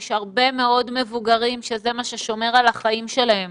יש הרבה מאוד מבוגרים שזה מה ששומר על החיים שלהם.